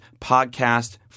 podcast